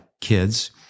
kids